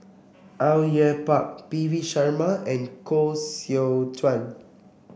Au Yue Pak P V Sharma and Koh Seow Chuan